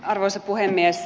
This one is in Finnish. arvoisa puhemies